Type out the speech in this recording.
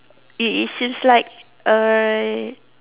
it is seems like err